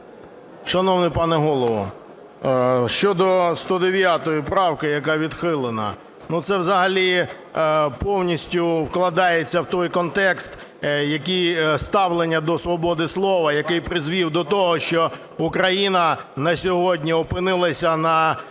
Шановний пане Голово, щодо 109 правки, яка відхилена. Це взагалі повністю вкладається в той контекст ставлення до свободи слова, який призвів до того, що Україна на сьогодні опинилася на